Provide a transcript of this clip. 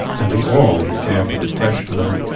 and to all who care for the fresh note,